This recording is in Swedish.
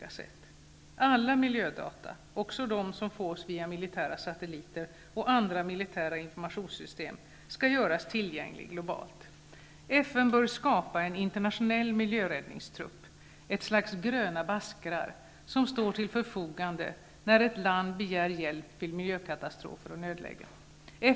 Alla miljödata, också de som fås via militära satelliter och andra militära informationssystem, skall göras tillgängliga globalt. FN bör skapa en internationell miljöräddningstrupp; ett slags ''gröna baskrar'', som står till förfogande när ett land begär hjälp vid miljökatastrofer och nödlägen.